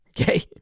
Okay